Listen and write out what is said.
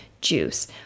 juice